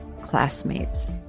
classmates